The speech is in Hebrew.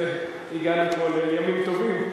הגענו פה לימים טובים.